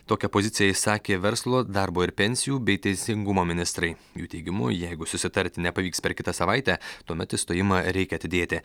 tokią poziciją išsakė verslo darbo ir pensijų bei teisingumo ministrai jų teigimu jeigu susitarti nepavyks per kitą savaitę tuomet išstojimą reikia atidėti